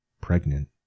pregnant